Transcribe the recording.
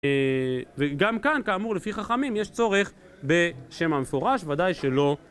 וגם כאן כאמור לפי חכמים יש צורך בשם המפורש ודאי שלא